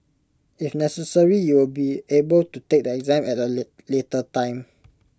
if necessary you will be able to take the exam at A late later time